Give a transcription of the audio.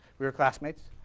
we were classmates.